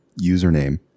username